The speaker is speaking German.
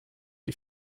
die